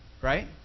Right